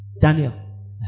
Daniel